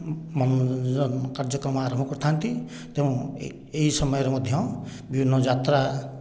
ମନୋରଞ୍ଜନ କାର୍ଯ୍ୟକ୍ରମ ଆରମ୍ଭ କରିଥାନ୍ତି ତେଣୁ ଏହି ସମୟରେ ମଧ୍ୟ ବିଭିନ୍ନ ଯାତ୍ରା